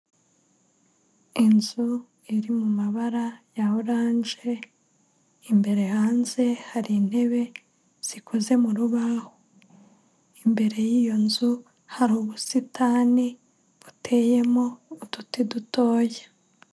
Inzu iri mu mabara ya oranje, imbere hanze hari intebe zikoze mu rubahu, imbere y'iyo nzu hari ubusitani buteyemo uduti dutoya.